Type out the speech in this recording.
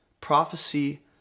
prophecy